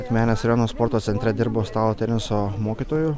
akmenės rajono sporto centre dirbo stalo teniso mokytoju